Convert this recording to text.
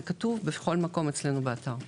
זה כתוב בכל מקום אצלנו באתר.